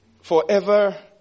Forever